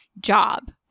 job